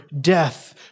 death